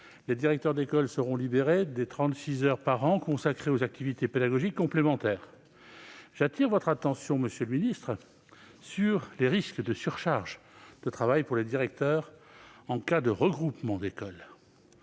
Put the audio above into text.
les directeurs d'école seront libérés des trente-six heures consacrées chaque année aux activités pédagogiques complémentaires. J'appelle toutefois votre attention, monsieur le ministre, sur les risques de surcharge de travail pour les directeurs en cas de regroupement d'écoles.